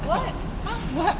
!huh! what